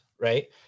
right